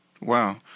Wow